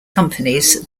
companies